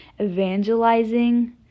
evangelizing